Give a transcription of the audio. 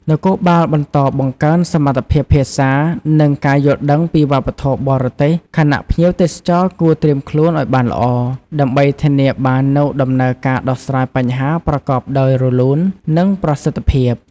នគរបាលបន្តបង្កើនសមត្ថភាពភាសា និងការយល់ដឹងពីវប្បធម៌បរទេស ខណៈភ្ញៀវទេសចរគួរត្រៀមខ្លួនឲ្យបានល្អ ដើម្បីធានាបាននូវដំណើរការដោះស្រាយបញ្ហាប្រកបដោយរលូន និងប្រសិទ្ធភាព។